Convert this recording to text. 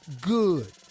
Good